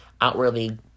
outwardly